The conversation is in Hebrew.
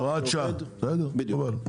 הוראת שעה, מקובל.